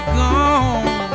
gone